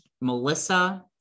Melissa